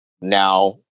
now